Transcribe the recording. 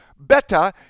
better